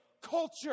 culture